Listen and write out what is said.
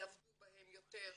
יעבדו בהן יותר,